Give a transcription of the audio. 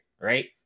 right